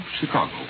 Chicago